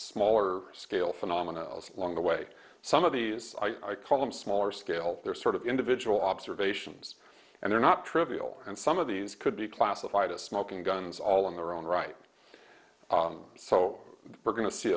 smaller scale phenomena along the way some of these i call them smaller scale they're sort of individual observations and they're not trivial and some of these could be classified as smoking guns all in their own right so we're go